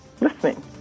listening